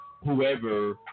whoever